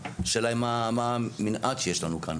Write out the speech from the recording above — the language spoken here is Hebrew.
השאלה היא מה המנעד שיש לנו כאן.